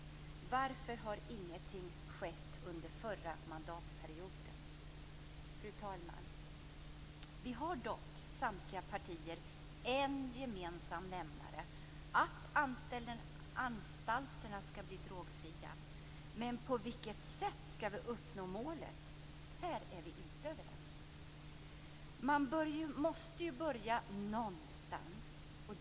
Varför har ingenting skett under förra mandatperioden? Fru talman! Vi har dock i samtliga partier en gemensam nämnare, nämligen att anstalterna skall bli drogfria. Men på vilket sätt skall vi uppnå målet? Här är vi inte överens. Vi måste börja någonstans.